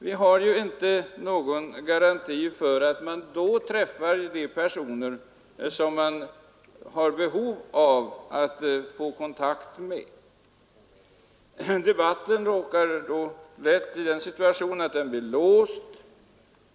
Vi har ju inte någon garanti för att man då träffar de personer, som man har behov av att få kontakt med. Debatten kan under sådana förhållanden lätt bli låst.